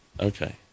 Okay